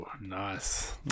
nice